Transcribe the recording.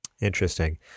interesting